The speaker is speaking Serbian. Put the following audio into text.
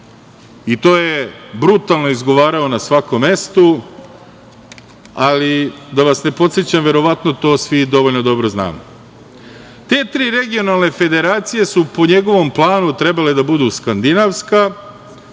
i to je brutalno izgovarao na svakom mestu, ali da vas ne podsećam, verovatno to svi dovoljno dobro znamo. Te tri regionalne federacije su po njegovom planu trebale da budu Skandinavska,